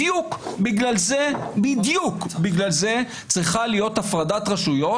בדיוק בגלל זה צריכה להיות הפרדת רשויות